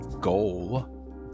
goal